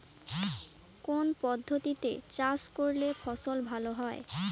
কোন পদ্ধতিতে চাষ করলে ফসল ভালো হয়?